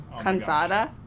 Kansada